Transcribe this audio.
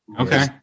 Okay